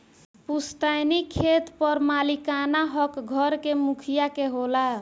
पुस्तैनी खेत पर मालिकाना हक घर के मुखिया के होला